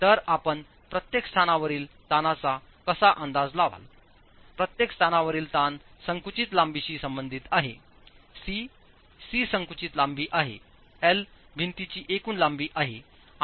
तर आपण प्रत्येक स्थानावरील ताणचा कशा अंदाज लावाल प्रत्येक स्थानावरील ताण संकुचित लांबीशी संबंधित आहे सीसी संकुचित लांबी आहे एल भिंतीची एकूण लांबी आहे